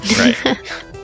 Right